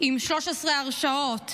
עם 13 הרשעות,